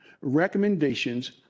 recommendations